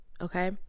okay